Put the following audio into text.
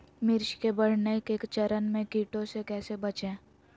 मिर्च के बढ़ने के चरण में कीटों से कैसे बचये?